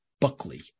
Buckley